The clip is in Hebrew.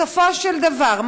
בסופו של דבר,